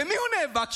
במי הוא נאבק?